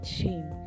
shame